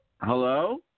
Hello